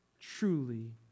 truly